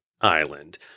island